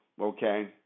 okay